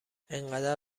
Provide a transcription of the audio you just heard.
انقدر